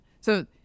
So-